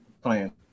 Playing